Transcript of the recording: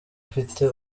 afite